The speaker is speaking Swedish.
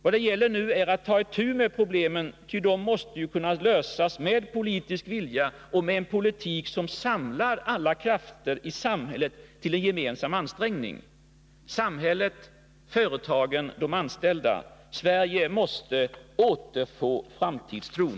Vad det gäller nu är att ta itu med problemen, ty de måste ju kunna lösas med politisk vilja och med en politik som samlar alla krafter i samhället till en gemensam ansträngning — samhället, företagen och de anställda. Sverige måste återfå framtidstron.